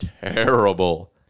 terrible